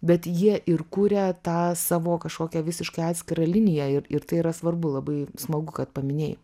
bet jie ir kuria tą savo kažkokią visiškai atskirą liniją ir ir tai yra svarbu labai smagu kad paminėjai